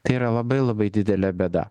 tai yra labai labai didelė bėda